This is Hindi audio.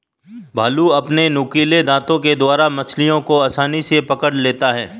भालू अपने नुकीले दातों के द्वारा मछलियों को आसानी से पकड़ लेता है